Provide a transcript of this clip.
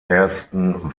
ersten